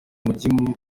umujinya